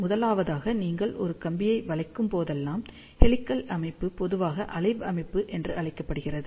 முதலாவதாக நீங்கள் ஒரு கம்பியை வளைக்கும் போதெல்லாம் ஹெலிகல் அமைப்பு மெதுவான அலை அமைப்பு என்று அழைக்கப்படுகிறது